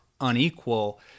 unequal